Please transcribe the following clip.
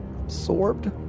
absorbed